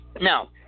now